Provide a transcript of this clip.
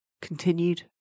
continued